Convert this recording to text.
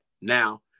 Now